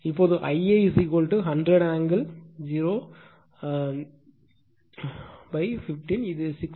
இப்போது Ia 100 angle 015 இது 6